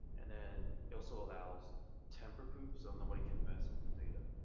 and then it also allows tamper-proof, so nobody can mess with the data,